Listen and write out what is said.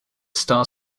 star